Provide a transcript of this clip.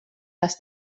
les